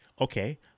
Okay